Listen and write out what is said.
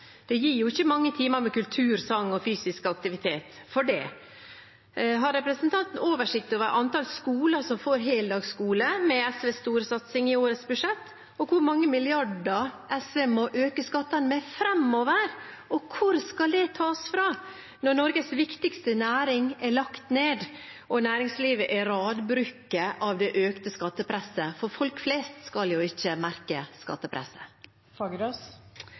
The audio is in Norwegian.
jo ikke gir mange timer med kultur, sang og fysisk aktivitet. Har representanten oversikt over antall skoler som får heldagsskole med SVs store satsing i årets budsjett, og hvor mange milliarder SV må øke skattene med framover? Og hvor skal det tas fra når Norges viktigste næring er lagt ned og næringslivet er radbrekket av det økte skattepresset? For folk flest skal jo ikke merke